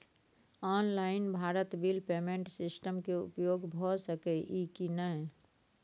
Online Bharat bill payment system के उपयोग भ सके इ की नय?